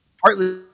Partly